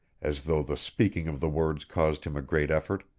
as though the speaking of the words caused him a great effort.